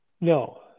No